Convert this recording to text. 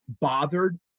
bothered